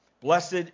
Blessed